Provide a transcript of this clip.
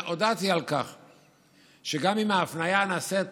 הודעתי שגם אם ההפניה נעשית